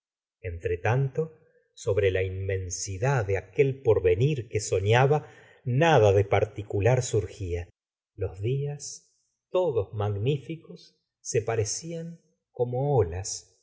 tanto sobre la inmensidad de aquel porvenir que soñaba nada de particular surgía los días todos magníficos se parecian como olas